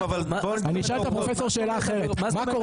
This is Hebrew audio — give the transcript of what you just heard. אני אשאל את הפרופסור שאלה אחרת, מה קורה?